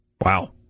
Wow